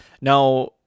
now